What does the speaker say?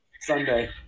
Sunday